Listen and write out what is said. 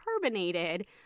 carbonated